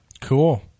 Cool